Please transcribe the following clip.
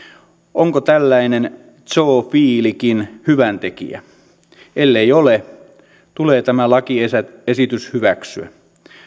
onko tällainen zoofiilikin hyväntekijä ellei ole tulee tämä lakiesitys hyväksyä